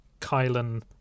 Kylan